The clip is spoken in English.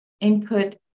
input